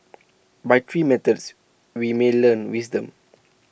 by three methods we may learn wisdom